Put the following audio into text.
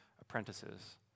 apprentices